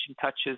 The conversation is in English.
touches